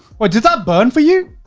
what, did that burn for you?